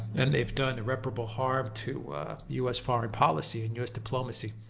and they've done irreparable harm to us foreign policy and us diplomacy.